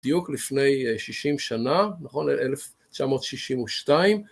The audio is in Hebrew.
בדיוק לפני שישים שנה, נכון, אלף תשע מאות שישים ושתיים